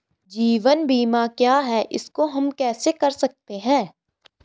जीवन बीमा क्या है इसको हम कैसे कर सकते हैं?